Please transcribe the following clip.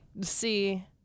see